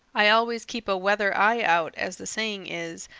i always keep a weather eye out, as the saying is,